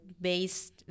based